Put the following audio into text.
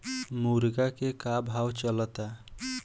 मुर्गा के का भाव चलता?